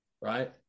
right